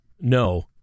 No